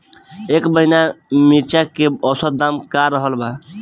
एह महीना मिर्चा के औसत दाम का रहल बा?